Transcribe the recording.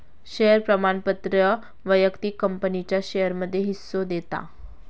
share प्रमाणपत्र व्यक्तिक कंपनीच्या शेयरमध्ये हिस्सो देता